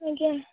ଆଜ୍ଞା